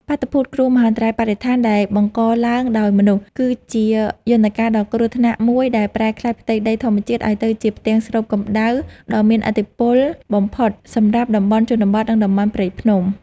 បាតុភូត គ្រោះមហន្តរាយបរិស្ថានដែលបង្កឡើងដោយមនុស្ស គឺជាយន្តការដ៏គ្រោះថ្នាក់មួយដែលប្រែក្លាយផ្ទៃដីធម្មជាតិឱ្យទៅជាផ្ទាំងស្រូបកម្ដៅដ៏មានឥទ្ធិពលបំផុតសម្រាប់តំបន់ជនបទ និងតំបន់ព្រៃភ្នំ។